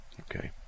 Okay